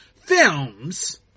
films